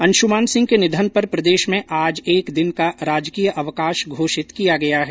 अंशुमान सिंह के निधन पर प्रदेश में आज एक दिन का राजकीय अवकाश घोषित किया गया है